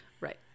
Right